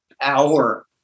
power